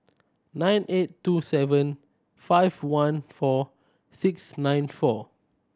nine eight two seven five one four six nine four